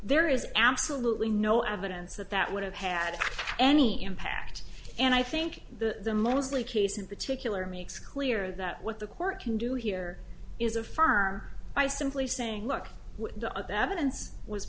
there is absolutely no evidence that that would have had any impact and i think the mostly case in particular makes clear that what the court can do here is a firm by simply saying look the other evidence was